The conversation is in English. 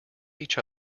each